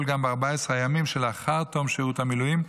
גם ב-14 הימים שלאחר תום שירות המילואים,